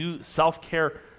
Self-care